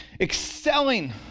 excelling